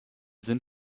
sind